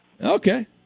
Okay